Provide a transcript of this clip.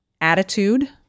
attitude